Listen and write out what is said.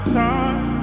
time